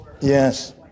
Yes